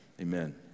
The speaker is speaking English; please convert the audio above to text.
amen